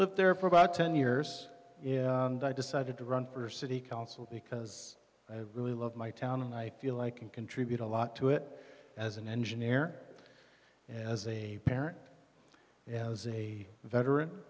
lived there for about ten years and i decided to run for city council because i really love my town and i feel i can contribute a lot to it as an engineer as a parent as a veteran